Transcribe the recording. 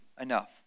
enough